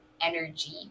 energy